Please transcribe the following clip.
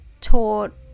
taught